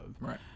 right